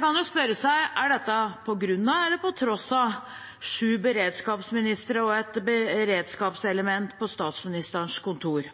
kan jo spørre seg: Er dette på grunn av eller på tross av sju beredskapsministre og et beredskapselement på Statsministerens kontor?